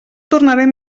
tornaren